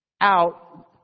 out